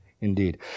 Indeed